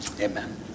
Amen